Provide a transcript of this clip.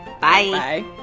Bye